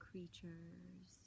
creatures